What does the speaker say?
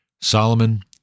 Solomon